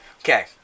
Okay